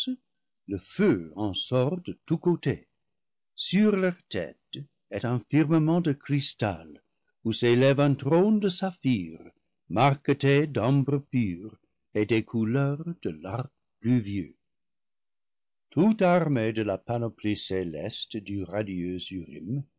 le feu en sort de tous côtés sur leurs têtes est un fir marnent de cristal où s'élève un trône de saphir marqueté d'ambre pur et des couleurs de l'arc pluvieux tout armé de la panoplie céleste du radieux